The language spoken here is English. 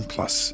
Plus